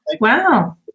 wow